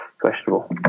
questionable